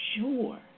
sure